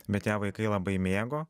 bet ją vaikai labai mėgo